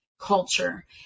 Culture